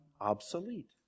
obsolete